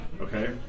Okay